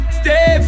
stay